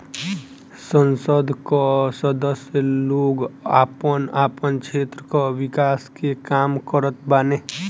संसद कअ सदस्य लोग आपन आपन क्षेत्र कअ विकास के काम करत बाने